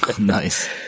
Nice